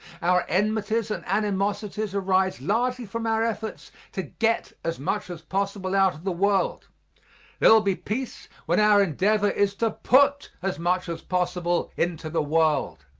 our enmities and animosities arise largely from our efforts to get as much as possible out of the world there will be peace when our endeavor is to put as much as possible into the world.